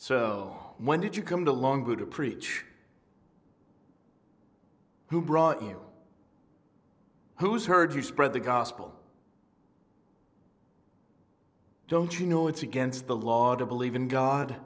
so when did you come to longer to preach who brought you who's heard you spread the gospel don't you know it's against the law to believe in god